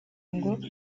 ngo